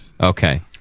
Okay